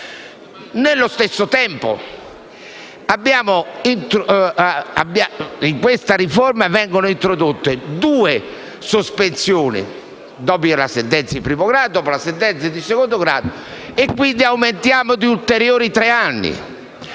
Allo stesso tempo, in questa riforma vengono introdotte due sospensioni, dopo la sentenza di primo e secondo grado e, quindi, aumentiamo di ulteriori tre anni.